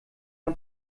der